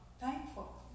thankful